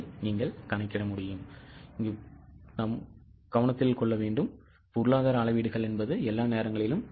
அதை நீங்கள் கணக்கிட முடியும்